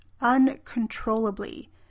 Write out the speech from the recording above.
uncontrollably